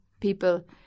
people